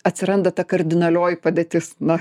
atsiranda ta kardinalioji padėtis na